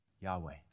Yahweh